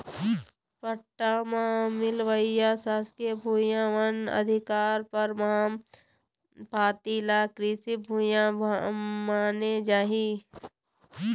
पट्टा म मिलइया सासकीय भुइयां, वन अधिकार परमान पाती ल कृषि भूइया माने जाही